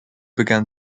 began